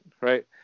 right